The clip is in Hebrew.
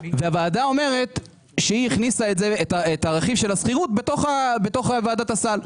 הוועדה אומרת שהיא הכניסה את הרכיב של השכירות בתוך ועדת הסל.